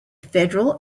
federal